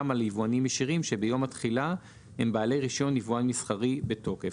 על יבואנים ישירים שביום התחילה הם בעלי רישיון יבואן מסחרי בתוקף.